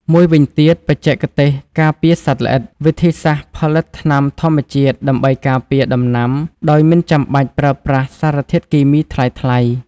មួយវិញទៀតបច្ចេកទេសការពារសត្វល្អិត វិធីសាស្ត្រផលិតថ្នាំធម្មជាតិដើម្បីការពារដំណាំដោយមិនចាំបាច់ប្រើប្រាស់សារធាតុគីមីថ្លៃៗ។